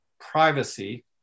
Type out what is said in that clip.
privacy